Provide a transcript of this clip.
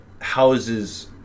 houses